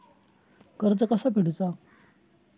कर्ज कसा फेडुचा?